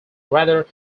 rather